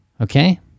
okay